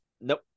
Nope